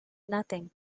nothing